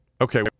okay